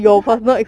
it's a hard thing